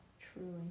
Truly